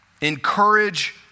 encourage